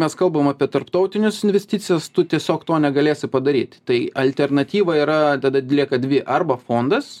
mes kalbam apie tarptautinius investicijas tu tiesiog to negalės padaryt tai alternatyva yra tada lieka dvi arba fondas